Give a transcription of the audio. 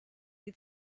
die